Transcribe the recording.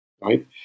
right